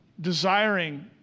desiring